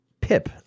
PIP